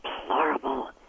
deplorable